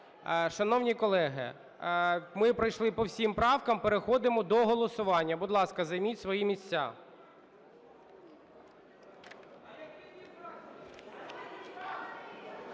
Шановні колеги, ми пройшли по всім правкам. Переходимо до голосування. Будь ласка, займіть свої місця.